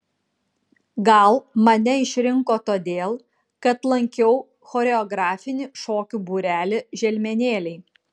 gal mane išrinko todėl kad lankiau choreografinį šokių būrelį želmenėliai